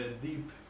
deep